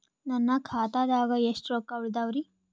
ನನ್ನ ಖಾತಾದಾಗ ಎಷ್ಟ ರೊಕ್ಕ ಉಳದಾವರಿ?